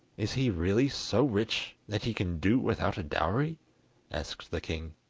is he really so rich that he can do without a dowry asked the king.